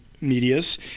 medias